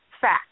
fact